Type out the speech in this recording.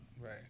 right